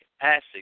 acid